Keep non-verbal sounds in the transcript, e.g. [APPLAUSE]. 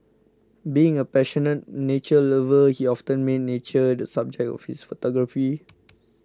being a passionate nature lover he often made nature the subject of his photography [NOISE]